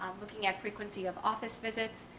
looking at frequency of office visits,